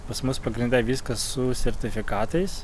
pas mus pagrinde viskas su sertifikatais